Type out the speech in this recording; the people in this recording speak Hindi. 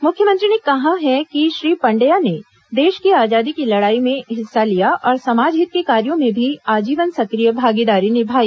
मुख्यमंत्री ने कहा है कि श्री पंड्या ने देश की आजादी की लड़ाई में हिस्सा लिया और समाज हित के कार्यों में भी आजीवन सक्रिय भागीदारी निभाई